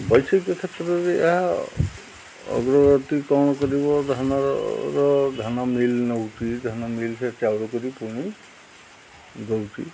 ବୈଷୟିକ କ୍ଷେତ୍ରରେ ଏହା ଅଗ୍ରଗତି କ'ଣ କରିବ ଧାନର ଧାନ ମିଲ୍ ନେଉଛି ଧାନ ମିଲ୍ ସେ ଚାଉଳ କରି ପୁଣି ଦେଉଛି